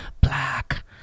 black